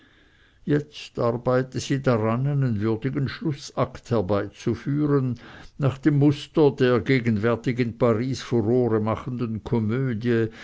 jetzt arbeite sie daran einen würdigen schlußakt herbeizuführen nach dem muster der gegenwärtig in paris furore machenden komödie